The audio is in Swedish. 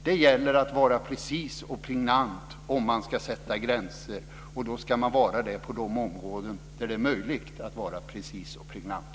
Det gäller att vara precis och pregnant om man ska sätta gränser. Man ska vara det på de områden där det är möjligt att vara precis och pregnant.